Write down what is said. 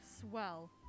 Swell